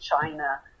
China